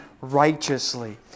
righteously